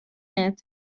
net